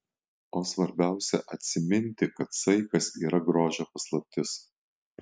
o svarbiausia atsiminti kad saikas yra grožio paslaptis